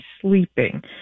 sleeping